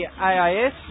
AIS